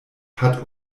hat